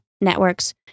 networks